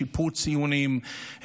שיפור ציונים,